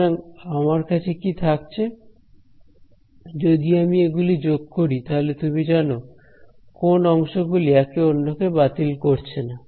সুতরাং আমার কাছে কি থাকছে যদি আমি এগুলি যোগ করি তাহলে তুমি জানো কোন অংশগুলি একে অন্যকে বাতিল করছে না